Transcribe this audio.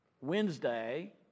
Wednesday